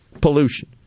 pollution